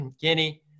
Guinea